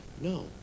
No